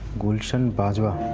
gulshan, but